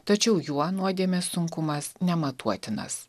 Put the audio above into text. tačiau juo nuodėmės sunkumas nematuotinas